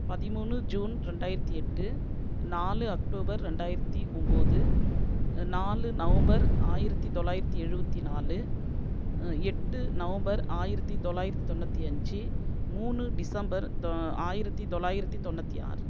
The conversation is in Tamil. பதிமூணு ஜூன் ரெண்டாயிரத்து எட்டு நாலு அக்டோபர் ரெண்டாயிரத்து ஒம்பது நாலு நவம்பர் ஆயிரத்து தொள்ளாயிரத்தி எழுபத்தி நாலு எட்டு நவம்பர் ஆயிரத்து தொள்ளாயிரத்தி தொண்ணூற்றி அஞ்சு மூணு டிசம்பர் தொ ஆயிரத்து தொள்ளாயிரத்து தொண்ணூற்றி ஆறு